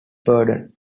burden